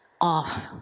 off